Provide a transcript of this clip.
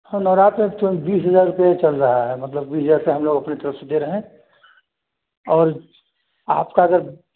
हाँ नवरात्रि में तो बीस हज़ार रुपये चल रहा है मतलब बीस हज़ार रुपये हम लोग अपनी तरफ़ से दे रहे हैं और आपका अगर